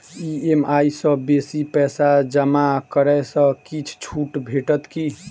EMI सँ बेसी पैसा जमा करै सँ किछ छुट भेटत की?